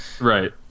Right